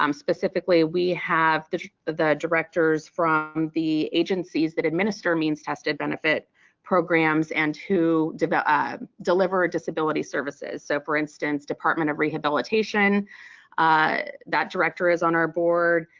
um specifically we have the the directors from the agencies that administer means-tested benefit programs and who did ah deliver disability services. so for instance department of rehabilitation that director is on our board,